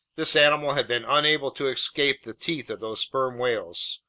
this animal had been unable to escape the teeth of those sperm whales.